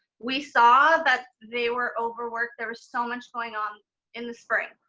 we saw that they were overworked. there was so much going on in the spring.